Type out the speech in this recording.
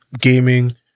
gaming